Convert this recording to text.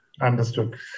Understood